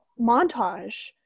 montage